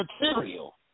material